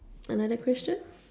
another question